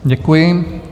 Děkuji.